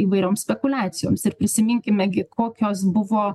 įvairiom spekuliacijoms ir prisiminkime gi kokios buvo